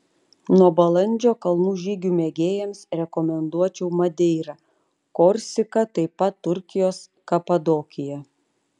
nuo balandžio kalnų žygių mėgėjams rekomenduočiau madeirą korsiką taip pat turkijos kapadokiją